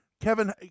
Kevin